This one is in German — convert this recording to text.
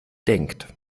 denkt